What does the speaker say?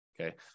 Okay